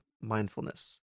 mindfulness